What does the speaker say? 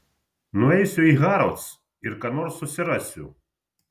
nueisiu į harrods ir ką nors susirasiu